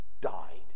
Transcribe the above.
died